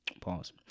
Pause